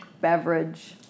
beverage